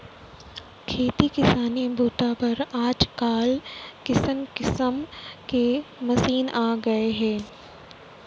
खेती किसानी बूता बर आजकाल किसम किसम के मसीन आ गए हे